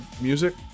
music